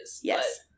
Yes